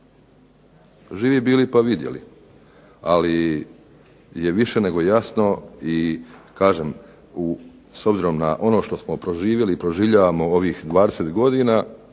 Živi bili pa vidjeli, ali je više nego jasno i kažem s obzirom na ono što smo proživjeli i proživljavamo ovih 20 godina